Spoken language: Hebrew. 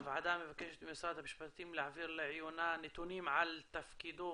הוועדה מבקשת ממשרד המשפטים להעביר לעיונה נתונים על תפקידו